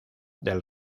del